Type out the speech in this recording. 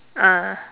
ah